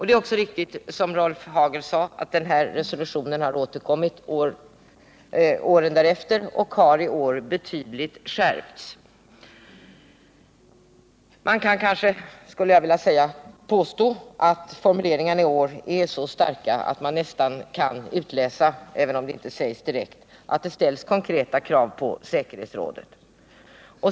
Det är också riktigt, att resolutionen har återkommit åren därefter och i år har den skärpts betydligt. Man kan kanske påstå att formuleringarna i år är så starka att man kan utläsa — även om inte direkt — konkreta krav på säkerhetsrådet.